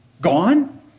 Gone